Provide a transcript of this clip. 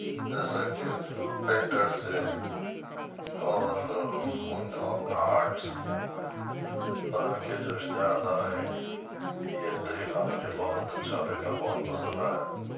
جیسا کہ پینٹرس ہے اور انہوں اپنا آرٹس بنا کے جو اشتہار ڈال رہے ہیں یہ طریقہ مجھے بہت اچھا لگا بہت پسند آیا